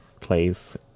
place